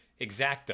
exacta